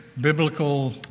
biblical